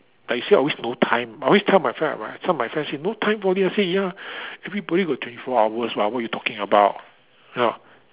like you say always say no time I always tell my friend some of my friends say no time for me I say ya everybody got twenty four hours what what you talking about you know